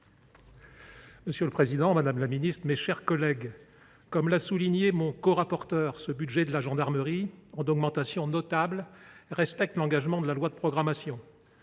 Monsieur le président, madame la ministre, mes chers collègues, comme l’a souligné mon corapporteur, ce budget de la gendarmerie, qui est en augmentation notable, respecte l’engagement pris dans le cadre de la loi de programmation.